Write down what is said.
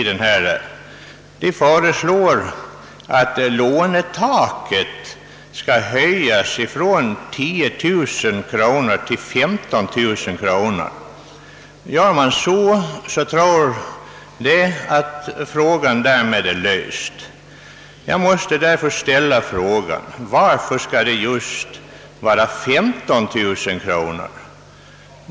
De föreslår att lånetaket skall höjas från 10000 kronor till 15000 kronor. Gör man så, tror de att spörsmålet därmed är löst. Jag måste därför ställa frågan: Varför skall det just vara 15000 kronor?